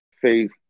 faith